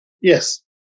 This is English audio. Yes